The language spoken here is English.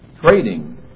Trading